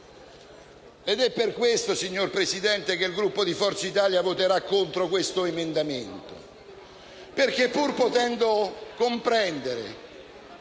È per questo, signor Presidente, che il Gruppo di Forza Italia voterà contro questo emendamento: pur potendo comprendere